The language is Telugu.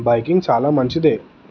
బైకింగ్ చాలా మంచిదే